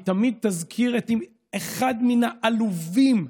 היא תמיד תזכיר את אחד מן העלובים,